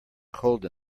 cold